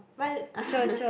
my